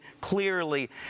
clearly